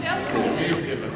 בלי הפרעות.